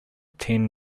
ten